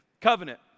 covenant